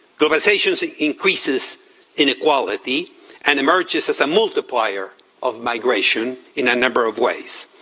globalization so increases inequality and emerges as a multiplier of migration in a number of ways.